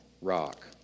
rock